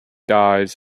dies